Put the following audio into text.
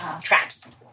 Traps